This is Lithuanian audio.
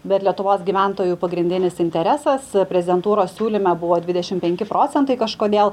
bet lietuvos gyventojų pagrindinis interesas prezidentūros siūlyme buvo dvidešimt penki procentai kažkodėl